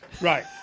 right